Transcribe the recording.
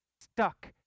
stuck